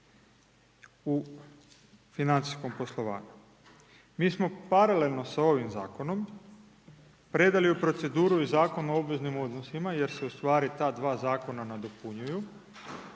u financijskom poslovanju. Mi smo paralelno s ovim zakonom predali u proceduru i Zakon o obveznim odnosima, jer se ustvari ta dva zakona nadopunjuju